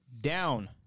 down